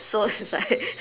so it's like